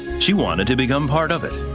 she wanted to become part of it.